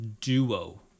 duo